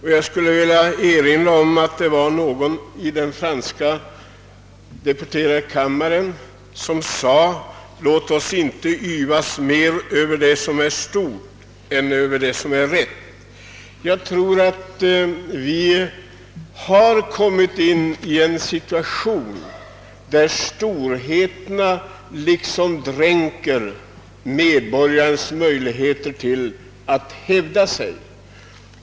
Någon sade vid ett tillfälle i den franska deputeradekammaren: »Låt oss inte yvas mer över det som är stort än över det som är rätt.» Vi har nu kommit in i en situation där storheterna på något sätt dränker medborgarnas möjligheter att hävda sig.